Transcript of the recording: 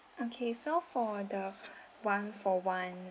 okay so for the one for one